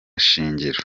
shingiro